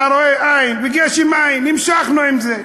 אתה רואה, אָיִן, וגשם אָיִן, המשכנו עם זה.